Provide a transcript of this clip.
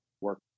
work